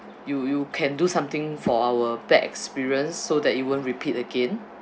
you you can do something for our bad experience so that it won't repeat again